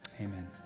amen